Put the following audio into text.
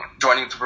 joining